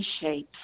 shapes